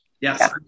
Yes